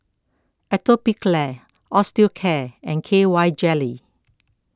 Atopiclair Osteocare and K Y Jelly